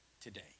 today